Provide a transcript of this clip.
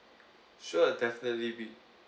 sure definitely we